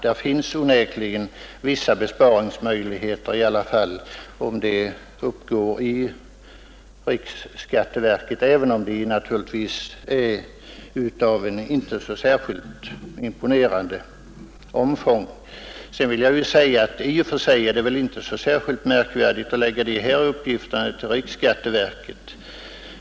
Det finns onekligen trots allt vissa besparingsmöjligheter vid ett uppgående i riksskatteverket, även om de naturligtvis inte är av så särskilt imponerande omfång. Jag vill vidare framhålla att det i.och för sig inte är så märkligt om dessa uppgifter läggs på riksskatteverket.